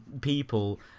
people